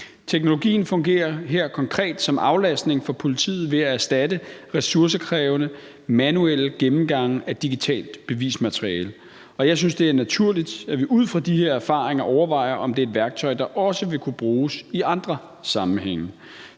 Teknologien fungerer her konkret som aflastning for politiet ved at erstatte ressourcekrævende manuelle gennemgange af digitalt bevismateriale, og jeg synes, det er naturligt, at vi ud fra de her erfaringer overvejer, om det er et værktøj, der også vil kunne bruges i andre sammenhænge.